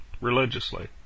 Religiously